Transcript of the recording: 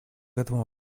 этому